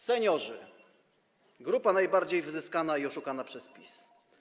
Seniorzy - grupa najbardziej wyzyskana i oszukana przez PiS.